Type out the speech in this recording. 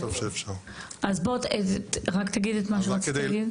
אז בוא, רק תגיד את מה שרצית להגיד.